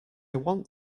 want